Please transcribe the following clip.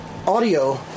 audio